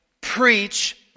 preach